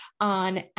on